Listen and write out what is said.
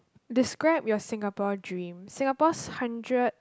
describe your Singapore dream Singapore's hundred